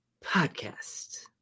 Podcast